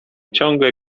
ciągle